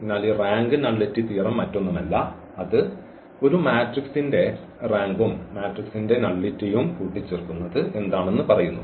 അതിനാൽ ഈ rank nullity theorem മറ്റൊന്നുമല്ല അത് ഒരു മാട്രിക്സിന്റെ റാങ്കും മാട്രിക്സിന്റെ നള്ളിറ്റിയും കൂട്ടിചേർക്കുന്നത് എന്താണെന്ന് പറയുന്നു